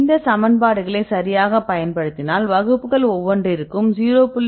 இந்த சமன்பாடுகளை சரியாகப் பயன்படுத்தினால் வகுப்புகள் ஒவ்வொன்றிற்கும் 0